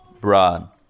broad